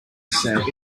set